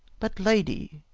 but, lady,